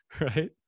right